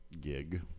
gig